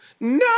no